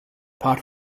part